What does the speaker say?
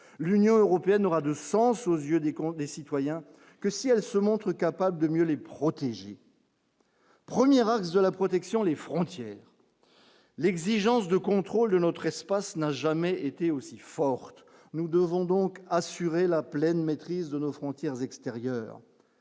l'Union européenne n'aura de sens aux yeux des comptes des citoyens que si elle se montre capable de mieux les protéger. Premières de la protection des frontières, l'exigence de contrôle de notre espace n'a jamais été aussi forte, nous devons donc assurer la pleine maîtrise de nos frontières extérieures,